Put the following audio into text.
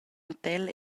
hotel